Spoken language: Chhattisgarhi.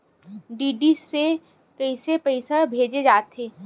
डी.डी से कइसे पईसा भेजे जाथे?